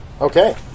Okay